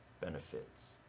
benefits